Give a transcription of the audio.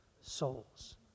souls